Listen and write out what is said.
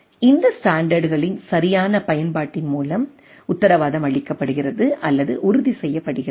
இந்த ஸ்டாண்டர்டுகளின் சரியான பயன்பாட்டின் மூலம் உத்தரவாதம் அளிக்கப்படுகிறது அல்லது உறுதி செய்யப்படுகிறது